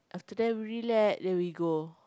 after that we relax then we go